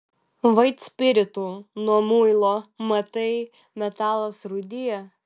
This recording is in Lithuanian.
vaitspiritu nuo muilo matai metalas rūdija